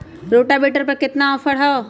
Rotavator पर केतना offer हव?